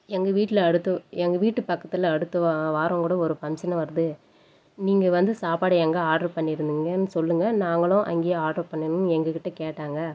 எங்கள் வீட்டில் அடுத்து எங்கள் வீட்டு பக்கத்தில அடுத்த வா வாரம்கூட ஒரு பங்சன் வருது நீங்கள் வந்து சாப்பாடு எங்கே ஆர்ட்ரு பண்ணியிருந்திங்கன் சொல்லுங்க நாங்களும் அங்கேயே ஆர்ட்ரு பண்ணணும்ன் எங்கள் கிட்டே கேட்டாங்க